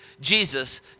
Jesus